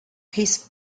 his